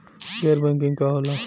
गैर बैंकिंग का होला?